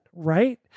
right